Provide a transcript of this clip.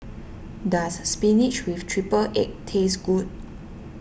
does Spinach with Triple Egg taste good